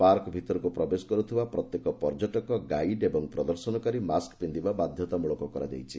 park ଭିତରକୁ ପ୍ରବେଶ କରୁଥିବା ପ୍ରତ୍ୟେକ ପର୍ଯ୍ୟଟକ ଗାଇଡ୍ ଓ ପରିଦର୍ଶନକାରୀ ମାସ୍କ ପିନ୍ଧିବା ବାଧ୍ୟତାମୂଳକ କରାଯାଇଛି